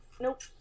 Nope